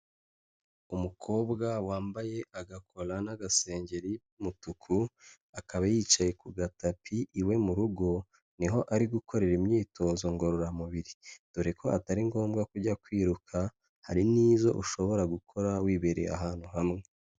Umukobwa wambaye agakora n'agasengeri k'umutuku, akaba yicaye ku gatapi iwe mu rugo, niho ari gukorera imyitozo ngororamubiri dore ko atari ngombwa kujya kwiruka, hari n'izo ushobora gukora wibereye ahantu hamwe.